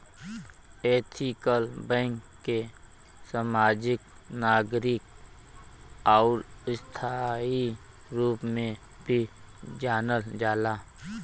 ethical bank के समाजिक, नागरिक आउर स्थायी रूप में भी जानल जाला